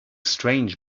strange